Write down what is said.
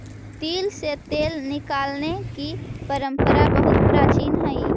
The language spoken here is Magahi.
तिल से तेल निकालने की परंपरा बहुत प्राचीन हई